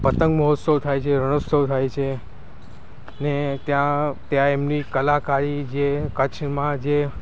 પતંગ મહોત્સવ થાય છે રણોત્સવ થાય છે ને ત્યાં ત્યાં એમની કલાકારી જે કચ્છમાં જે